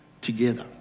together